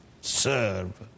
Serve